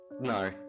no